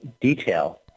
detail